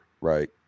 right